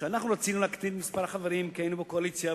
שאנחנו רצינו להקטין את מספר החברים כי היינו בקואליציה,